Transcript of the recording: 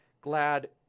glad